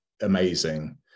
amazing